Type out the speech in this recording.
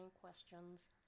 questions